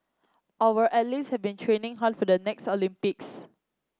our athletes have been training hard for the next Olympics